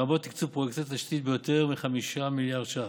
לרבות תקצוב פרויקטי תשתית ביותר מ-5 מיליארד שקלים,